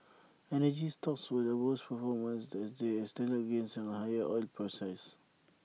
energy stocks were the best performers as they extended gains on higher oil prices